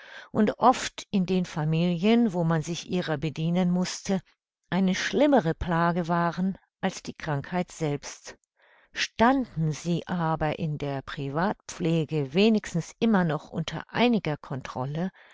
und oft in den familien wo man sich ihrer bedienen mußte eine schlimmere plage waren als die krankheit selbst standen sie aber in der privatpflege wenigstens immer noch unter einiger controle